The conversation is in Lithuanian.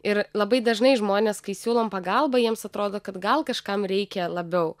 ir labai dažnai žmonės kai siūlom pagalbą jiems atrodo kad gal kažkam reikia labiau